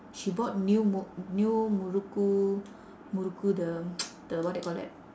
she bought new mu~ new murukku murukku the the what that called that